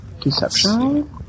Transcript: Deception